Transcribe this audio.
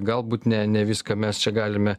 galbūt ne ne viską mes čia galime